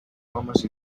homes